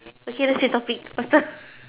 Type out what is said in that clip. okay let's change topic faster